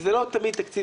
וזה לא תמיד תפקיד